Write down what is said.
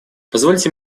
позвольте